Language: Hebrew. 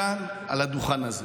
כאן על הדוכן הזה.